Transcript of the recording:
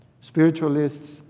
Spiritualists